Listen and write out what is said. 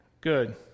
Good